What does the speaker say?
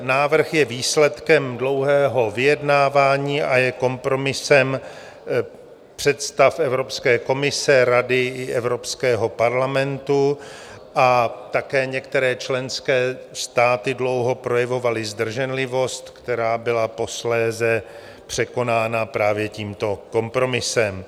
Návrh je výsledkem dlouhého vyjednávání a je kompromisem představ Evropské komise, Rady i Evropského parlamentu a také některé členské státy dlouho projevovaly zdrženlivost, která byla posléze překonána právě tímto kompromisem.